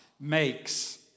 makes